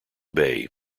bay